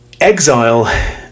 Exile